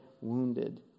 wounded